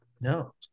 no